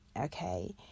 okay